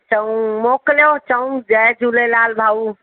चऊं मोकिलियो चऊं जय झूलेलाल भाऊ